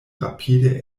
rapide